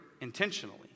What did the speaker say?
intentionally